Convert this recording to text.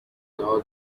لحاظ